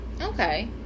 Okay